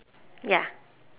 ya